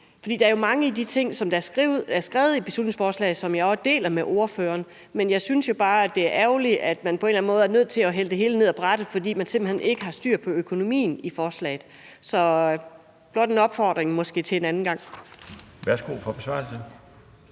der er jo mange af de ting, som er skrevet i beslutningsforslaget, som jeg også deler med ordføreren, men jeg synes bare, at det er ærgerligt, at man på en eller anden måde er nødt til at hælde det hele ned ad brættet, fordi man simpelt hen ikke har styr på økonomien i forslaget. Så det er blot en opfordring til en anden gang. Kl. 18:06 Den fg.